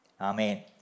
Amen